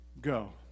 go